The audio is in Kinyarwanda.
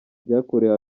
ryakorewe